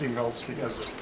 helps because